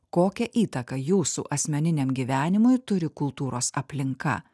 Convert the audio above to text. kokią įtaką jūsų asmeniniam gyvenimui turi kultūros aplinka